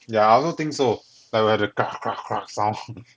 ya I also think so like will have the sound